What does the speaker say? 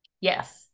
Yes